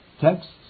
Texts